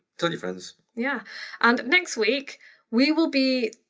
tell your friends. yeah and next week we will be,